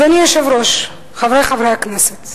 אדוני היושב-ראש, חברי חברי הכנסת,